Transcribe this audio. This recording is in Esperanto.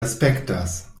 aspektas